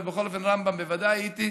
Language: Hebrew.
אבל בכל אופן ברמב"ם בוודאי הייתי,